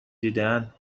دیدهاند